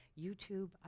YouTube